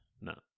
No